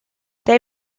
they